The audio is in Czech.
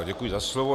Děkuji za slovo.